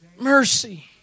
mercy